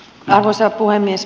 arvoisa puhemies